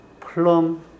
plum